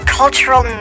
cultural